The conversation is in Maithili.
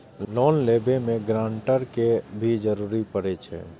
लोन लेबे में ग्रांटर के भी जरूरी परे छै?